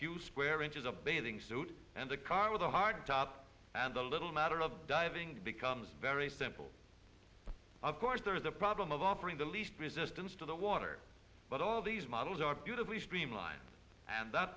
few square inches a bathing suit and a car with a heart and a little matter of becomes very simple of course there is the problem of offering the least resistance to the water but all these models are beautifully streamlined and that